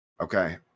Okay